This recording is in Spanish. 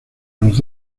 los